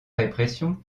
répression